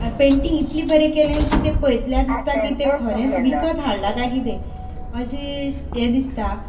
आनी पेन्टिंग इतलें बरें केलें की तें पयतल्या दिसता की तें खरेंच विकत हाडला काय कितें अशें यें दिसता